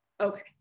Okay